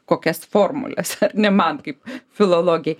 kokias formules ar ne man kaip filologei